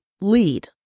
lead